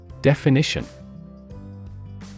Definition